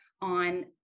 on